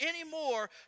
anymore